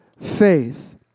faith